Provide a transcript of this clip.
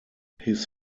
his